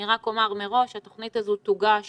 אני רק אומר מראש שהתוכנית הזו תוגש